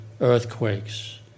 earthquakes